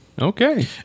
Okay